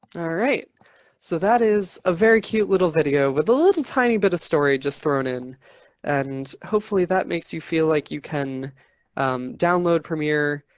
alright so that is a very cute little video with a little tiny bit of story just thrown in and hopefully that makes you feel like you can download premiere.